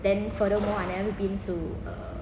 then furthermore I never been to err